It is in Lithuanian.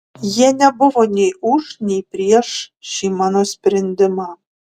jie nebuvo nei už nei prieš šį mano sprendimą